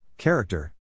Character